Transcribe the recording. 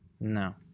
No